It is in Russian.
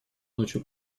ночью